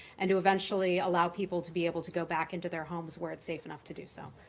and to eventually allow people to be able to go back into their homes where it's safe enough to do so.